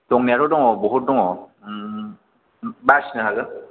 दंनायाथ' दङ बहुद दङ बासिन हागोन